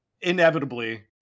inevitably